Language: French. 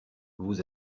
vous